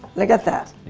look at that.